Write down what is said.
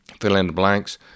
fill-in-the-blanks